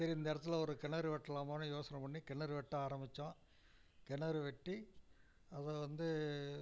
சரி இந்த இடத்துல ஒரு கிணறு வெட்டலாமானு யோசனை பண்ணி கிணறு வெட்ட ஆரம்பித்தோம் கிணறு வெட்டி அதை வந்து